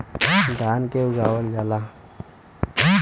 धान के उगावल जाला